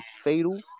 fatal